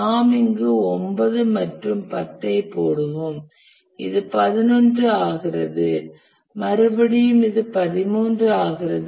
நாம் இங்கு 9 மற்றும் 10 ஐ போடுவோம் இது 11 ஆகிறது மறுபடியும் இது 13 ஆகிறது